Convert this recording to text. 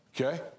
okay